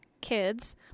kids